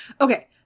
Okay